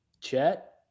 Chet